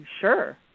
sure